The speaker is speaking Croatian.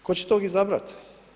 Tko će tog izabrati?